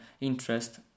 interest